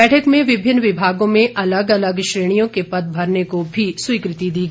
बैठक में विभिन्न विभागों में अलग अलग श्रेणियों के पद भरने को भी स्वीकृति दी गई